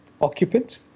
occupant